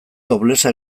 toplessa